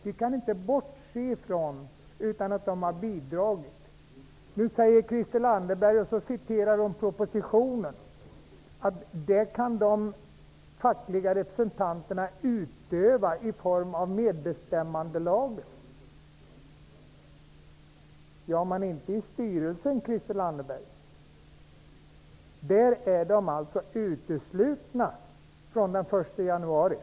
Vi kan inte bortse från att dessa representanter har bidragit. Christel Anderberg citerar propositionen och säger att de fackliga representanterna kan utöva påverkan enligt medbestämmandelagen. Ja, men de kan inte längre göra det i styrelsen. Där är de uteslutna från den 1 januari.